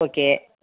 okay